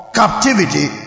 captivity